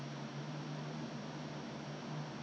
eh no no I think no sorry should be both of them each